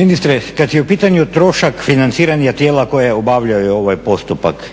Ministre, kad je u pitanju trošak financiranja tijela koja obavljaju ovaj postupak,